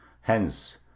hence